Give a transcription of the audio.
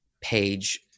page